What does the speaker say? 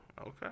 Okay